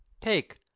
Take